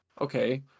Okay